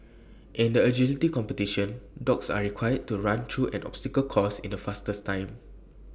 in the agility competition dogs are required to run through an obstacle course in the fastest time